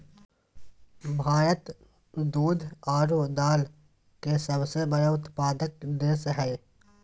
भारत दूध आरो दाल के सबसे बड़ा उत्पादक देश हइ